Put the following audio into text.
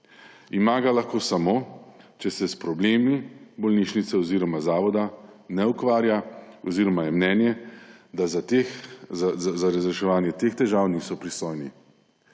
Ima ga lahko samo, če se s problemi bolnišnice oziroma zavoda ne ukvarja oziroma je mnenje, da za razreševanje teh težav niso pristojni.